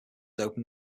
open